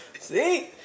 see